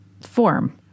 form